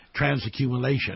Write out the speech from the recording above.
transaccumulation